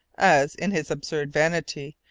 as, in his absurd vanity,